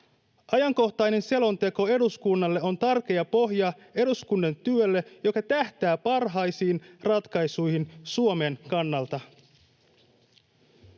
Ajankohtainen selonteko eduskunnalle on tärkeä pohja eduskunnan työlle, joka tähtää parhaisiin ratkaisuihin Suomen kannalta.